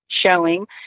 showing